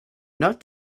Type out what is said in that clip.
not